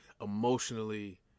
emotionally